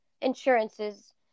insurances